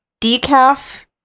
Decaf